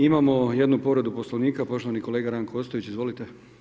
Imamo jednu povredu Poslovnika poštovani kolega Ranko Ostojić, izvolite.